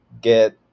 get